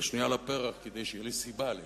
והשנייה לפרח כדי שתהיה לי סיבה להתקיים.